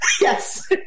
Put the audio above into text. Yes